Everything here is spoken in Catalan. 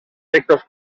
textos